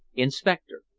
inspector.